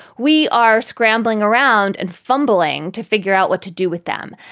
we are scrambling around and fumbling to figure out what to do with them.